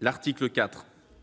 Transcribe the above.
L'article 4